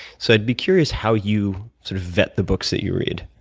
so, i'd be curious how you sort of vet the books that you read.